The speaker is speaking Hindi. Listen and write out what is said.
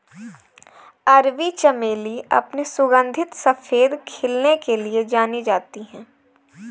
अरबी चमेली अपने सुगंधित सफेद खिलने के लिए जानी जाती है